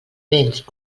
béns